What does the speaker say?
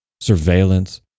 surveillance